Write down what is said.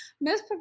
Miss